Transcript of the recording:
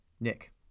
Nick